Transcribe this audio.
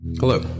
Hello